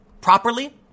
properly